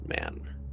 Man